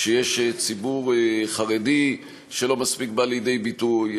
שיש ציבורי חרדי שלא מספיק בא לידי ביטוי,